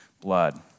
blood